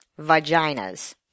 vaginas